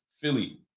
Philly